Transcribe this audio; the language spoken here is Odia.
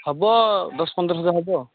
ହବ ଦଶ ପନ୍ଦର ହଜାର ହବ